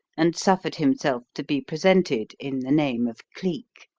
and suffered himself to be presented in the name of cleek.